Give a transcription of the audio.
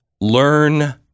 learn